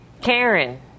Karen